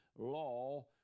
law